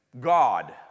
God